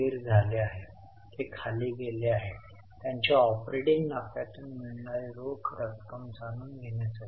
तर पी आणि एल मध्ये हे 2000 अधिक म्हणजे 2000 च्या विक्रीवर नफा नावाची एक वस्तू होती आपण हे ओ ओ वजा म्हणून विकले होते